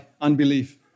unbelief